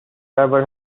ever